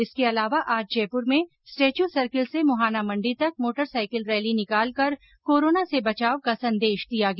इसके अलावा आज जयपूर में स्टेच्यू सर्किल से मुहाना मण्डी तक मोटरसाईकिल रैली निकालकर कोरोना से बचाव का संदेश दिया गया